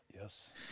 Yes